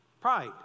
Pride